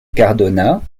cardona